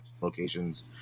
locations